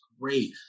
great